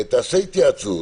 תעשה התייעצות.